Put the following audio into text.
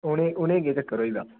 उ'नें ई उ'नें ई केह् चक्कर होई दा